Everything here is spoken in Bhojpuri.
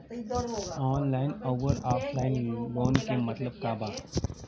ऑनलाइन अउर ऑफलाइन लोन क मतलब का बा?